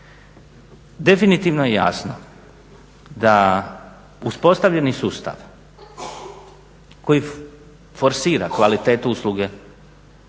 Definitivno je jasno da uspostavljeni sustav koji forsira kvalitetu usluga